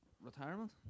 Retirement